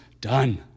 done